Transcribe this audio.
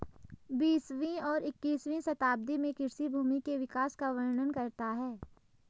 बीसवीं और इक्कीसवीं शताब्दी में कृषि भूमि के विकास का वर्णन करता है